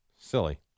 Silly